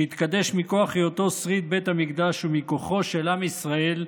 שהתקדש מכוח היותו שריד בית המקדש ומכוחו של עם ישראל,